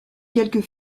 quelques